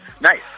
Nice